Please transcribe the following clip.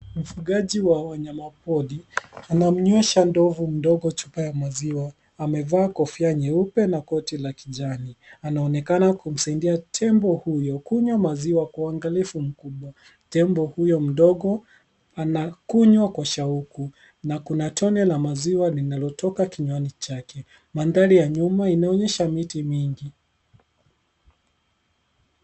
Mfugaji wa wanyamapori anamwenyesha ndovu mdogo chupa ya maziwa. Amevaa kofia nyeupe na koti la kijani. Anaonekana kumsaidia tembo huyo kunywa maziwa kwa uangalifu mkubwa. Tembo huyo mdogo anakunywa kwa shauku na kuna tone la maziwa linalotoka kinywani chake. Mandhari ya nyuma inaonyesha miti mingi.